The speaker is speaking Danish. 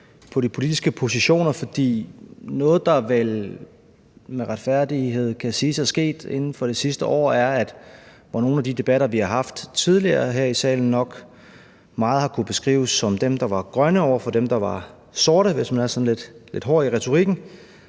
på de politiske positioner af den her debat, for noget, man vel retfærdigvis kan sige er sket inden for det sidste år, er, at i modsætning til nogle af de debatter, vi har haft tidligere her i salen, hvor man nok meget har kunnet sige, at det var dem, der var grønne, over for dem, der var sorte, hvis man er sådan lidt hård i retorikken,